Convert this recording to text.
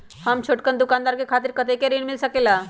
हम छोटकन दुकानदार के खातीर कतेक ऋण मिल सकेला?